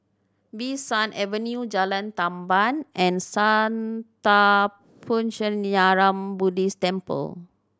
Bee San Avenue Jalan Tamban and Sattha Puchaniyaram Buddhist Temple